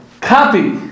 copy